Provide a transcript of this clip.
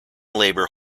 labor